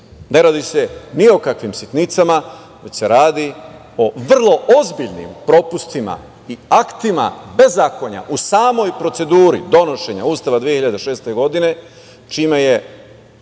radi se ni o kakvim sitnicama, već se radi o vrlo ozbiljnim propustima i aktima bezakonja u samoj proceduri donošenja Ustava 2006. godine, čime je